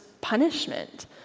punishment